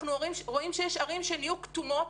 אנחנו רואים שיש ערים שנהיו כתומות,